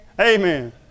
Amen